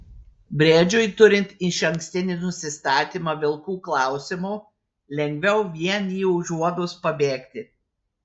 briedžiui turint išankstinį nusistatymą vilkų klausimu lengviau vien jį užuodus pabėgti